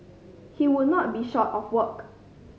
he would not be short of work